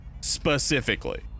specifically